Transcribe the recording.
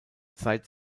seit